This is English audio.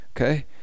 Okay